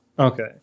Okay